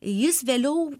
jis vėliau